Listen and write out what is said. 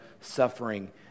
suffering